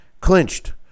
clinched